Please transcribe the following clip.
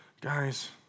guys